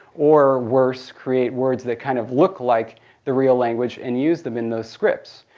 or worse, create words they kind of look like the real language and use them in those scripts.